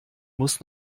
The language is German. muss